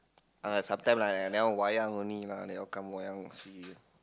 uh sometime lah I never wayang only lah they all come wayang lah